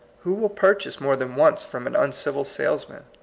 who will purchase more than once from an un civil salesman?